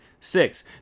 six